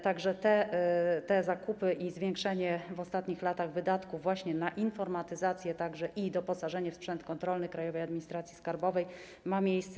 Tak że te zakupy i zwiększenie w ostatnich latach wydatków właśnie na informatyzację i doposażenie w sprzęt kontrolny Krajowej Administracji Skarbowej mają miejsce.